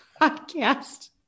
podcast